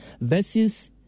versus